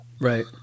Right